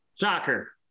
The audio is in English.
Shocker